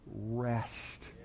rest